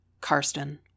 Karsten